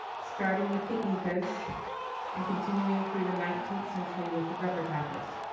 starting with the incas and continuing through the nineteenth century with the rubber tappers.